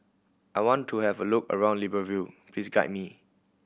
I want to have a look around Libreville please guide me